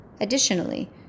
Additionally